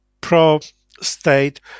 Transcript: pro-state